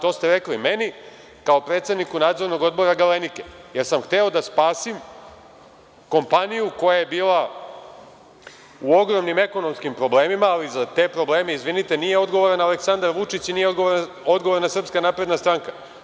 To ste rekli meni, kao predsedniku Nadzornog odbora „Galenike“, jer sam hteo da spasim kompaniju koja je bila u ogromnim ekonomskim problemima, ali za te probleme, izvinite, nije odgovoran Aleksandar Vučić i nije odgovorna SNS.